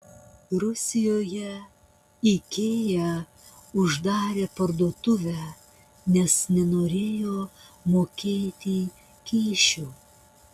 rusijoje ikea uždarė parduotuvę nes nenorėjo mokėti kyšių